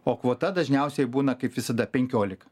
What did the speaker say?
o kvota dažniausiai būna kaip visada penkiolika